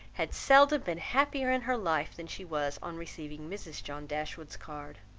had seldom been happier in her life, than she was on receiving mrs. john dashwood's card.